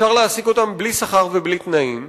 אפשר להעסיק אותם בלי שכר ובלי תנאים,